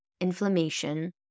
inflammation